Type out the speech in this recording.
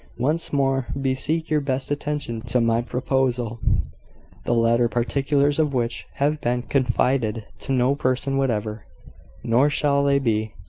once more, beseech your best attention to my proposal the latter particulars of which have been confided to no person whatever nor shall they be,